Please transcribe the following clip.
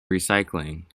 recycling